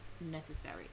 necessary